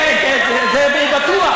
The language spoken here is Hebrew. כן, כן, זה בטוח.